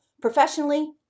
professionally